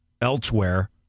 elsewhere